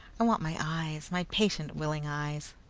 i want my eyes, my patient, willing eyes.